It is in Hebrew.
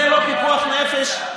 זה לא פיקוח נפש.